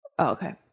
Okay